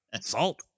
Salt